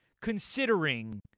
considering